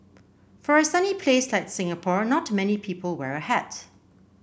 for a sunny place like Singapore not many people wear a hat